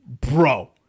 bro